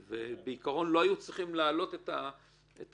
ובעיקרון הם לא היו צריכים להעלות את ה-25%,